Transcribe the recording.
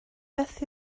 beth